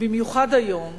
במיוחד היום,